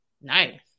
Nice